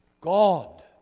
God